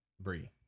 Brie